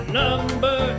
number